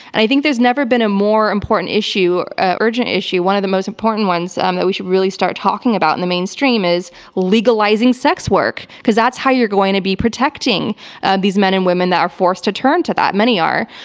and i think there's never been a more important issue, or ah urgent issue. one of the most important ones um that we should really start talking about in the mainstream is legalizing sex work. because that's how you're going to be protecting and these men and women that are forced to turn to that. many are.